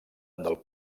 del